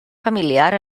familiar